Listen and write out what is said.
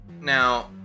Now